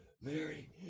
Mary